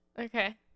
Okay